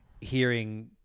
hearing